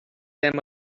them